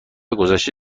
گذشته